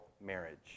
marriage